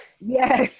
Yes